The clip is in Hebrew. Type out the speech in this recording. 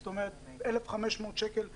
זאת אומרת, 1,500 שקל לחודש.